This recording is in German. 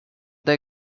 der